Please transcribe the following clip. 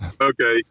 Okay